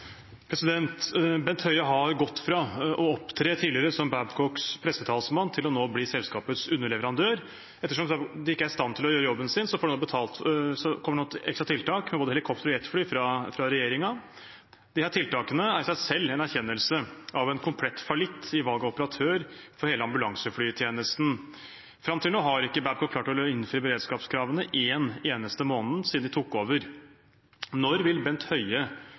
Bent Høie har gått fra tidligere å opptre som Babcocks pressetalsmann til nå å være selskapets underleverandør. Ettersom de ikke er i stand til å gjøre jobben sin, kommer det nå ekstra tiltak med både helikopter og jetfly fra regjeringen. Disse tiltakene er i seg selv en erkjennelse av en komplett falitt i valg av operatør for hele ambulanseflytjenesten. Fram til nå har ikke Babcock klart å innfri beredskapskravene én eneste måned siden de tok over. Når vil Bent Høie